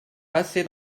passez